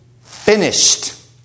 finished